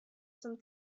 some